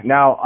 Now